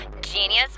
Genius